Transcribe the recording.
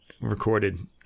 recorded